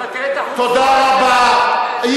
תראה את החוצפה הזאת, תודה רבה.